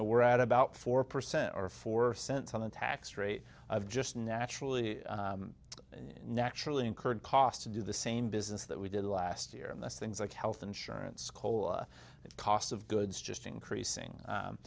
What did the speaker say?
know we're at about four percent or four cents on the tax rate of just naturally naturally incurred costs to do the same business that we did last year and that's things like health insurance coal cost of goods just increasing